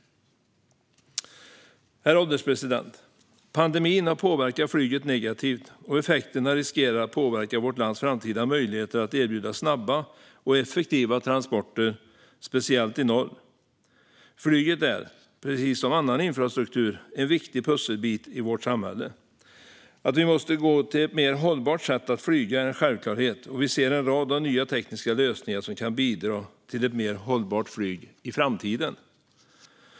Herr ålderspresident! Pandemin har påverkat flyget negativt, och effekterna riskerar att påverka vårt lands framtida möjligheter att erbjuda snabba och effektiva transporter, speciellt i norr. Flyget är, precis som annan infrastruktur, en viktig pusselbit i vårt samhälle. Att vi måste gå till ett mer hållbart sätt att flyga är en självklarhet, och vi ser en rad nya tekniska lösningar som kan bidra till ett mer hållbart flyg i framtiden.